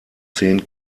zehn